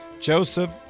Joseph